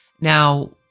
Now